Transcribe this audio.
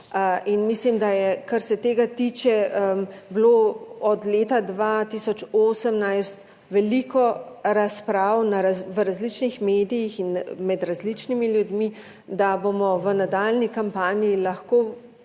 In mislim, da je, kar se tega tiče, bilo od leta 2018 veliko razprav v različnih medijih in med različnimi ljudmi, da bomo v nadaljnji kampanji lahko